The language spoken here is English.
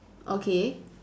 okay